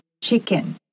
chicken